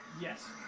Yes